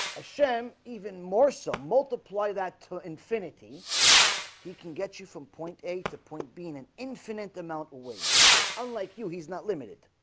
a shame even more so multiply that to infinity he can get you from point a to point b in an infinite amount of ways because unlike you he's not limited